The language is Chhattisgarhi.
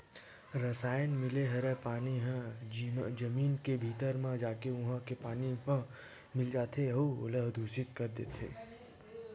रसायन मिले हरय पानी ह जमीन के भीतरी म जाके उहा के पानी म मिल जाथे अउ ओला दुसित कर देथे